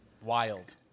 wild